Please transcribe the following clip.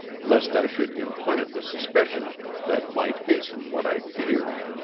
lest i should implant the suspicion that might hasten what i feared.